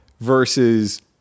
versus